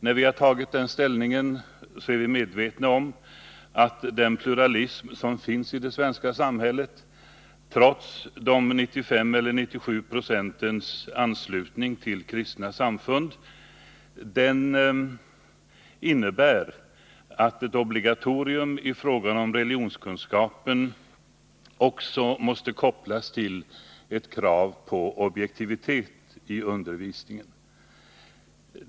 När vi intog den ståndpunkten var vi medvetna om att den pluralism som finns i det svenska samhället, trots den 95-97-procentiga anslutningen till kristna samfund, innebär att ett obligato Nr 117 rium i fråga om religionskunskap också måste kopplas till ett krav på Torsdagen den objektivitet i undervisningen.